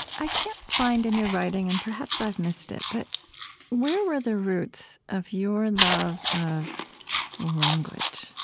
i can't find in your writing and perhaps i've missed it but where were the roots of your love of language,